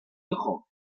hijo